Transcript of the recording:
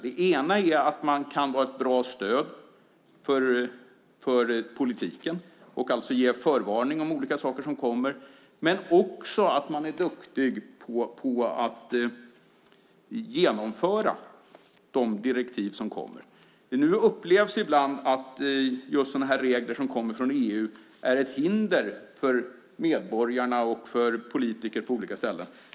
Ett skäl är att man kan vara ett bra stöd för politiken och förvarna om olika saker som kommer. Det handlar också om att man är duktig på att genomföra de direktiv som kommer. Ibland upplevs just sådana här regler från EU som ett hinder för medborgarna och för politiker på olika ställen.